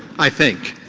i think.